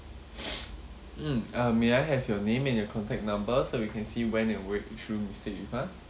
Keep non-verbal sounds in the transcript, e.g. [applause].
[breath] mm uh may I have your name and your contact number so we can see when and where did you stayed with us